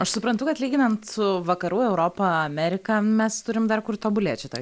aš suprantu kad lyginant su vakarų europa amerika mes turim dar kur tobulėt šitoj